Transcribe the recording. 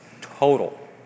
total